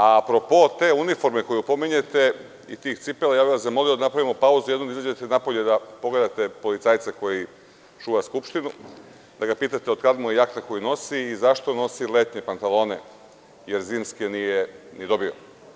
A pro po te uniforme koju pominjete i tih cipela, ja bih vas zamolio da napravimo pauzu jednu, da izađete napolje da pogledate policajca koji čuva Skupštinu, da ga pitate od kad mu je jakna koju nosi i zašto nosi letnje pantalone jer zimske nije ni dobio.